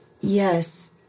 Yes